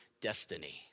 destiny